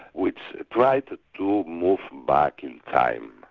which tried to to move back in time.